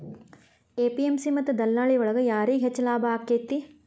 APMC ಮತ್ತ ದಲ್ಲಾಳಿ ಒಳಗ ಯಾರಿಗ್ ಹೆಚ್ಚಿಗೆ ಲಾಭ ಆಕೆತ್ತಿ?